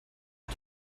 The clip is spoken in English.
out